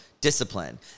discipline